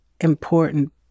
important